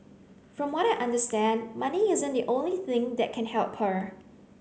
from what I understand money isn't the only thing that can help her